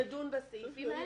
נדון בסעיפים האלה.